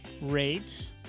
rate